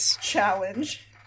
challenge